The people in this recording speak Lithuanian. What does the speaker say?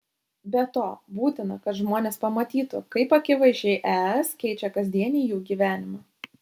be to būtina kad žmonės pamatytų kaip akivaizdžiai es keičia kasdienį jų gyvenimą